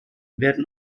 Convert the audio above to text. werden